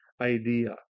idea